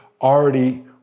already